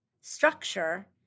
structure